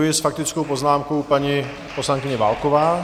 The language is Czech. S faktickou poznámkou paní poslankyně Válková.